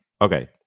Okay